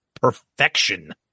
perfection